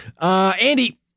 Andy